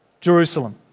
Jerusalem